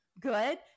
good